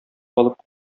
алып